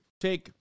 take